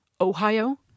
Ohio